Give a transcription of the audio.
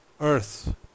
earth